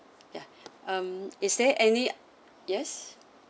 ya um is there any yes